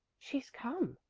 she's come,